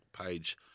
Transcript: page